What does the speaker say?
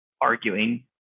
arguing